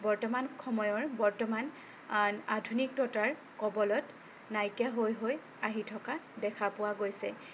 বৰ্তমান সময়ৰ বৰ্তমান আধুনিকতাৰ কবলত নাইকিয়া হৈ হৈ আহি থকা দেখা পোৱা গৈছে